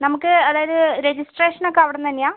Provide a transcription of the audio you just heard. നമുക്ക് അതായത് രജിസ്ട്രേഷൻ ഒക്കെ അവിടുന്ന് തന്നെയാണോ